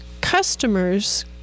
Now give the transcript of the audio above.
customers